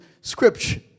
scripture